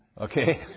Okay